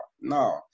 no